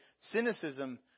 cynicism